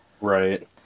Right